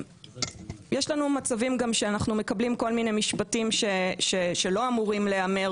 יש לנו גם מצבים שאנחנו מקבלים כל מיני משפטים שלא אמורים להיאמר,